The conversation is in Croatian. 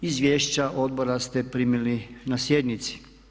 Izvješća Odbora ste primili na sjednici.